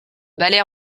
ballet